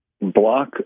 block